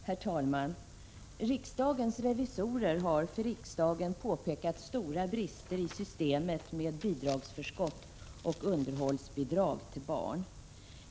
Herr talman! Riksdagens revisorer har för riksdagen påpekat stora brister i systemet med bidragsförskott och underhållsbidrag till barn.